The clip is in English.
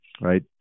right